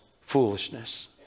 foolishness